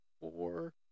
four